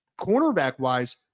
cornerback-wise